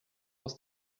aus